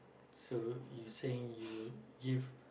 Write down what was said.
so you saying you would give